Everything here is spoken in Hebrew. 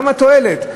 יש בזה גם תועלת.